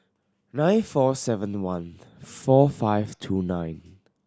nine four seven one four five two nine